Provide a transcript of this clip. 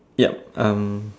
yup um